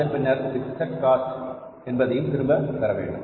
அதன் பின்னர் fixed cost என்பதையும் திரும்ப பெற வேண்டும்